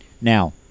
Now